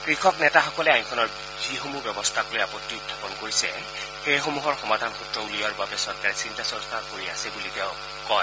কৃষক নেতাসকলে আইনখনৰ যিসমূহ ব্যৱস্থাক লৈ আপতি উখাপন কৰিছে সেইসমূহৰ সমাধান সূত্ৰ উলিওৱাৰ বাবে চৰকাৰে চিন্তা চৰ্চা কৰি আছে বুলি তেওঁ কয়